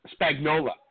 Spagnola